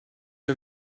are